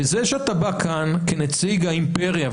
זה שאתה בא כאן כנציג האימפריה,